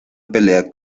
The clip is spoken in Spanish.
pelea